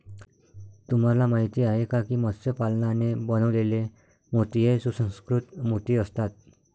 तुम्हाला माहिती आहे का की मत्स्य पालनाने बनवलेले मोती हे सुसंस्कृत मोती असतात